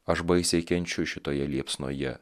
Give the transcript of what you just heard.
aš baisiai kenčiu šitoje liepsnoje